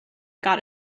got